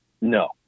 No